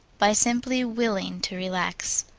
by simply willing to relax.